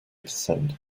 percent